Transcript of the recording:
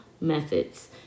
methods